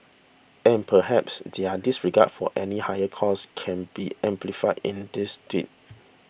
and perhaps their disregard for any higher cause can be amplified in this tweet